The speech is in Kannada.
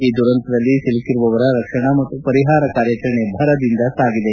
ಈ ದುರಂತದಲ್ಲಿ ಸಿಲುಕಿರುವವರ ರಕ್ಷಣಾ ಮತ್ತು ಪರಿಹಾರ ಕಾರ್ಯಾಚರಣೆ ಭರದಿಂದ ಸಾಗಿದೆ